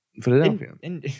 Philadelphia